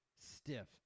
stiff